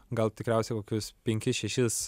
gal tikriausiai kokius penkis šešis